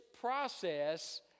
process